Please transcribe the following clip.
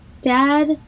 Dad